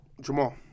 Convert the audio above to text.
Jamal